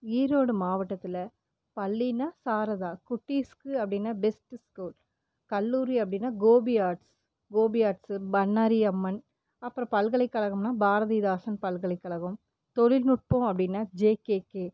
ஈரோடு மாவட்டத்தில் பள்ளின்னால் சாரதா குட்டீசுக்கு அப்படின்னா பெஸ்ட்டு ஸ்கூல் கல்லூரி அப்படின்னா கோபி ஆட்ஸ் கோபி ஆட்ஸ் பண்ணாரி அம்மன் அப்புறம் பல்கலைக்கழகம்னால் பாரதிதாசன் பல்கலைக்கழகம் தொழில் நுட்பம் அப்படின்னா ஜேகேகே